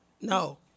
No